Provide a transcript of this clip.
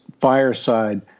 fireside